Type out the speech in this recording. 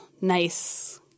nice